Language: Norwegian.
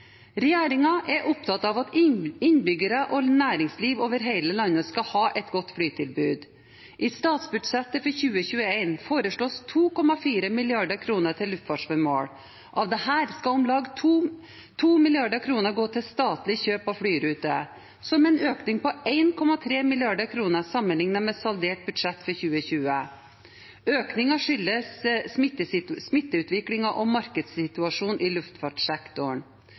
er opptatt av at innbyggere og næringsliv over hele landet skal ha et godt flytilbud. I statsbudsjettet for 2021 foreslås det 2,4 mrd. kr til luftfartsformål. Av dette skal om lag 2 mrd. kr gå til statlige kjøp av flyruter, som er en økning på 1,3 mrd. kr sammenlignet med saldert budsjett for 2020. Økningen skyldes smitteutviklingen og markedssituasjonen i luftfartssektoren.